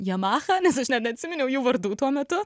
yamaha nes aš net neatsiminiau jų vardų tuo metu